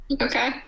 Okay